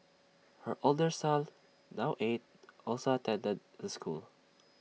her older son now eight also attended the school